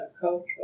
cultural